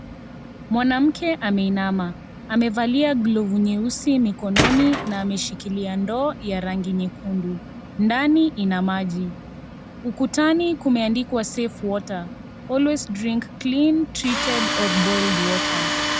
Mwanamke ameinama, amevalia glovu nyeusi mikononi na ameshikilia ndoo ya rangi nyekundu. Ndani ina maji. Ukutani kumeandikwa Safe Water. Always drink clean, treated or boiled water .